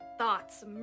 thoughts